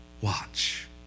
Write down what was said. watch